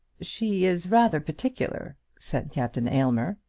she is rather particular, said captain aylmer.